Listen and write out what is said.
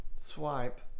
swipe